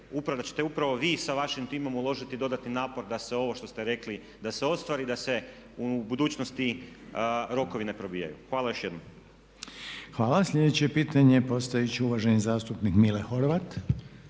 da ćete upravo vi s vašim timom uložiti dodatni napor da se ovo što ste rekli, da se ostvari i da se u budućnosti rokovi ne probijaju. Hvala još jednom. **Reiner, Željko (HDZ)** Hvala sljedeće pitanje postaviti će uvaženi zastupnik Mile Horvat.